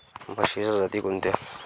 म्हशीच्या जाती कोणत्या?